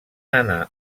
anar